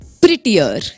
prettier